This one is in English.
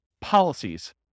policies